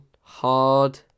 hard